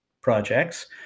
projects